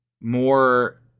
more